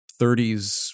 30s